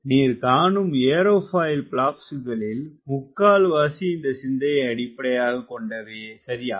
நீர் காணும் ஏரோபாயில் பிளாப்ஸ்களில் முக்கால்வாசி இந்த சிந்தையை அடிப்படையாகக் கொண்டவையே சரியா